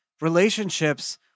relationships